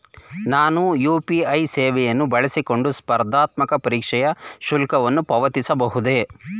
ನಾನು ಯು.ಪಿ.ಐ ಸೇವೆಯನ್ನು ಬಳಸಿಕೊಂಡು ಸ್ಪರ್ಧಾತ್ಮಕ ಪರೀಕ್ಷೆಯ ಶುಲ್ಕವನ್ನು ಪಾವತಿಸಬಹುದೇ?